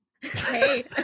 Hey